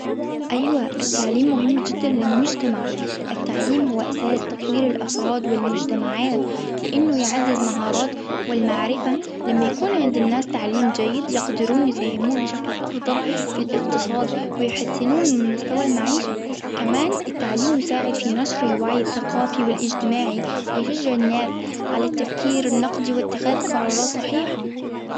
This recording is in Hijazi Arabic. أيوا التعليم مهم جدا للمجتمع، التعليم هو أساس تطوير الأفراد والمجتمعات، لإنه يعزز مهارات والمعرفة لما يكون عند الناس تعليم جيد يقدرون يساهمون بشكل أفضل في الإقتصاد ويحسنون من مستوى المعيشة، كمان التعليم يساعد في نشر الوعي الثقافي والاجتماعي، ويشجع الناس على التفكير النقدي وإتخاذ قرارات صحيحة.